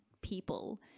people